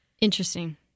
Interesting